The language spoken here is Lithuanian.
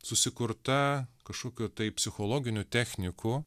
susikurta kažkokių tai psichologinių technikų